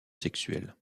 sexuel